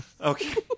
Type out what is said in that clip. Okay